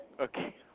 Okay